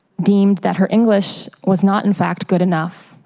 deemed that her english was not, in fact, good enough,